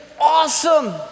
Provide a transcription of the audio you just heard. awesome